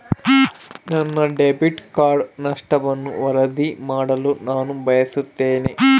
ನನ್ನ debit card ನಷ್ಟವನ್ನು ವರದಿ ಮಾಡಲು ನಾನು ಬಯಸುತ್ತೇನೆ